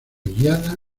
guiada